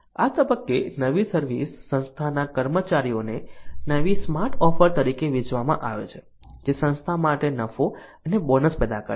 આ તબક્કે નવી સર્વિસ સંસ્થાના કર્મચારીઓને નવી સ્માર્ટ ઓફર તરીકે વેચવામાં આવે છે જે સંસ્થા માટે નફો અને બોનસ પેદા કરે છે